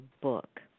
book